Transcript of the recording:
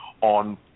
on